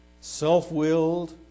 self-willed